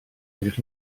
edrych